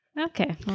Okay